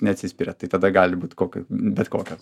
neatsispiriat tai tada gali būti kokia bet kokios